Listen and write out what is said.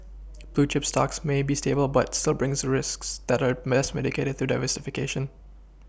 blue chip stocks may be stable but still brings risks that are best mitigated through diversification